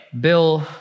Bill